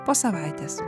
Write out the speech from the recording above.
po savaitės